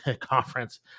conference